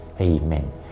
amen